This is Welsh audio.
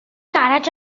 garej